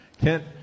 Kent